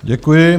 Děkuji.